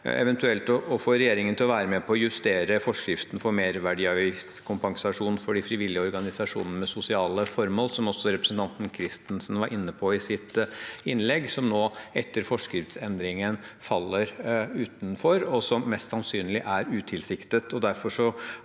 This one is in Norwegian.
eventuelt få regjeringen til å være med på å justere forskriften for merverdiavgiftskompensasjon for de frivillige organisasjonenes sosiale formål, som også representanten Turid Kristensen var inne på i sitt innlegg, som nå, etter forskriftsendringen, faller utenfor, noe som mest sannsynlig er utilsiktet.